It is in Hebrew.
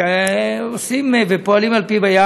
שעושים ופועלים על-פיו.